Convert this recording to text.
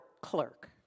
clerk